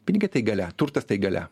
pinigai tai galia turtas tai galia